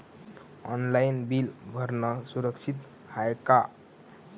Online bill भरनं सुरक्षित हाय का?